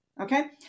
okay